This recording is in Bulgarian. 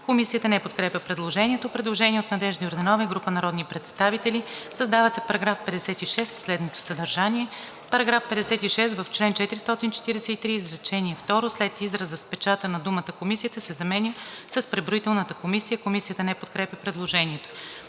Комисията не подкрепя предложението. Предложение от Надежда Йорданова и група народни представители: „Създава се § 56 със следното съдържание: „§ 56. В чл. 443, изречение второ, след израза „с печата на“ думата „комисията“ се заменя с „преброителната комисия“.“ Комисията не подкрепя предложението.